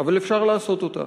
אבל אפשר לעשות אותה